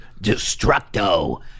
Destructo